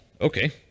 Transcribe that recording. okay